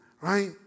Right